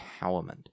empowerment